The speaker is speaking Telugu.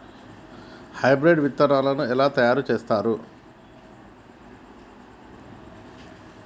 హైబ్రిడ్ విత్తనాలను ఎలా తయారు చేస్తారు?